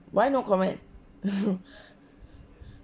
why no comment